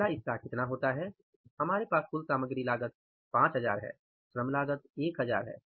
पहला हिस्सा कितना होता है हमारे पास कुल सामग्री लागत 5000 है श्रम लागत 1000 है